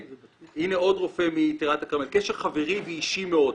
הנה עוד רופא מטירת הכרמל: קשר חברי ואישי מאוד,